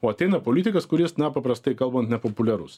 o ateina politikas kuris na paprastai kalbant nepopuliarus